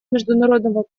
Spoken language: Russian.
международного